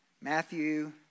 Matthew